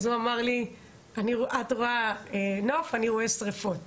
אז הוא אמר לי את רואה נוף, אני רואה שריפות.